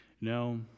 no